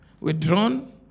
withdrawn